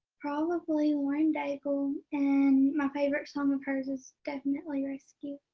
probably lauren daigle, and my favorite song of hers is definitely rescue.